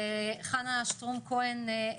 וחנה שטרום כהן,